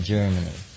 Germany